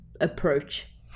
approach